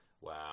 wow